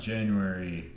January